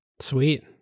Sweet